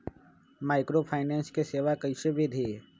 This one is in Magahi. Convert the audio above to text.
माइक्रोफाइनेंस के सेवा कइसे विधि?